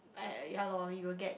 uh ya lor you will get